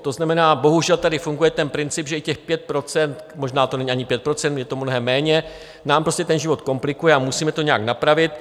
To znamená, bohužel tady funguje princip, že i těch 5 % možná to není ani 5 %, je to mnohem méně nám prostě ten život komplikuje a musíme to nějak napravit.